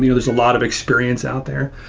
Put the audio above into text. there's a lot of experience out there.